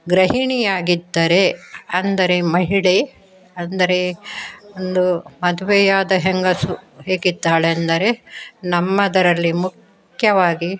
ಗೃಹಿಣಿಯಾಗಿದ್ದರೆ ಅಂದರೆ ಮಹಿಳೆ ಅಂದರೆ ಒಂದು ಮದುವೆಯಾದ ಹೆಂಗಸು ಹೇಗಿರ್ತಾಳೆಂದರೆ ನಮ್ಮದರದಲ್ಲಿ ಮುಖ್ಯವಾಗಿ